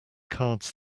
cards